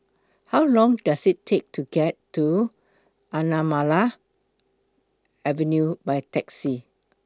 How Long Does IT Take to get to Anamalai Avenue By Taxi